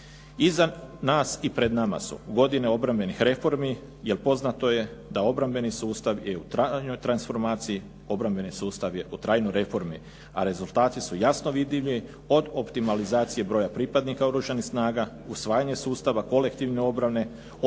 Iza nas i pred nama su godine obrambenih reformi jer poznato je da obrambeni sustav je u trajnoj transformaciji, obrambeni sustav je u trajnoj reformi, a rezultati su jasno vidljivi od optimalizacije broja pripadnika Oružanih snaga, usvajanje sustava, kolektivne obrane,